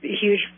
huge